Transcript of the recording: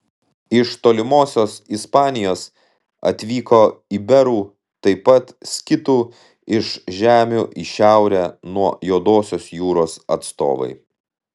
iš tolimosios ispanijos atvyko iberų taip pat skitų iš žemių į šiaurę nuo juodosios jūros atstovai